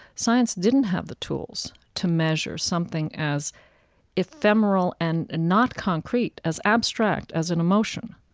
science didn't have the tools to measure something as ephemeral and not concrete as abstract as an emotion